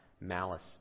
malice